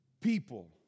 people